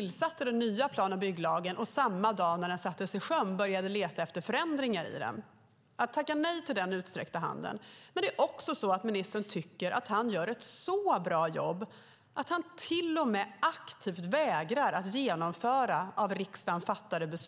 införde den nya plan och bygglagen. Och samma dag som den sattes i sjön började man leta efter förändringar i den. Man tackar nej till den utsträckta handen. Men det är också så att ministern tycker att han gör ett så bra jobb att han till och med aktivt vägrar att genomföra av riksdagen fattade beslut.